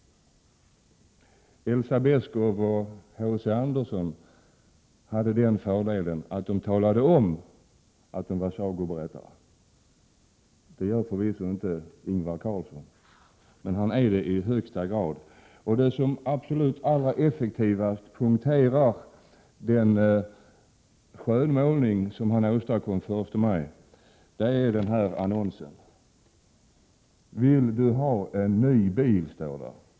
Elsa Beskow och H. C. Andersen talade ju om, att de var sagoberättare. Det gör förvisso inte Ingvar Carlsson, men han är det i högsta grad. Det som effektivast punkterar den skönmålning som han åstadkom den första maj är den annons jag har här. ”Vill du ha en ny bil?”, står det.